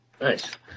Nice